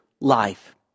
life